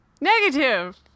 Negative